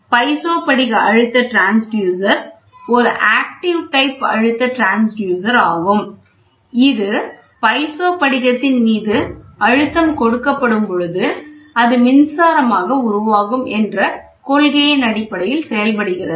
piezo படிக அழுத்த transducer ஒரு active type அழுத்தம் டிரான்ஸ்யூசர் ஆகும் இது ஒரு பைசோ படிகத்தின் மீது அழுத்தம் கொடுக்கப்படும் பொழுது அது மின்சாரமாக உருவாகும் என்ற கொள்கையின் அடிப்படையில் செயல்படுகிறது